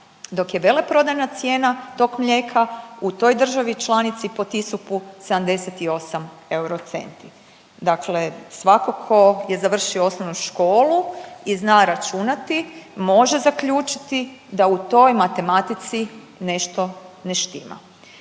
dok je veleprodajna cijena tog mlijeka u toj državi članici po TISUP-u 78 eurocenti. Dakle, svakako ko je završio osnovnu školu i zna računati može zaključiti da u toj matematici nešto ne štima.